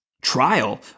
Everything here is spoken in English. trial